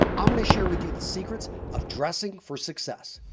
i'm going to share with you the secrets of dressing for success